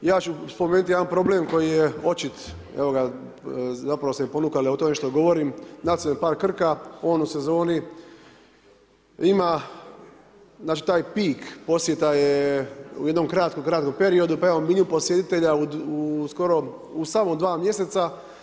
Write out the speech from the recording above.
Ja ću spomenuti jedan problem koji je očit, evo ga, zapravo ste me ponukali o tome što govorim, nacionalni park Krka, on u sezoni, ima znači taj pik posjeta je u jednom kratkom, kratkom periodu, pa evo, milijun posjetitelja u skoro, u samo 2 mjeseca.